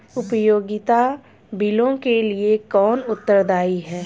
उपयोगिता बिलों के लिए कौन उत्तरदायी है?